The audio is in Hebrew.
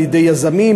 על-ידי יזמים,